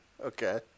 Okay